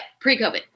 pre-COVID